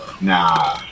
Nah